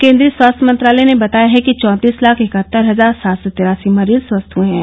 केन्द्रीय स्वास्थ्य मंत्रालय ने बताया है कि चौंतीस लाख इकहत्तर हजार सात सौ तिरासी मरीज स्वस्थ हुए हैं